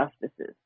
justices